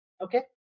Okay